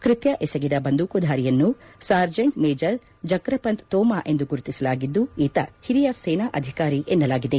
ಕೃತ್ಯ ಎಸಗಿದ ಬಂದೂಕುದಾರಿಯನ್ನು ಸಾರ್ಜೇಂಟ್ ಮೇಜರ್ ಜಕ್ರಪಂತ್ ತೋಮಾ ಎಂದು ಗುರುತಿಸಲಾಗಿದ್ದು ಈತ ಓರಿಯ ಸೇನಾ ಅಧಿಕಾರಿ ಎನ್ನಲಾಗಿದೆ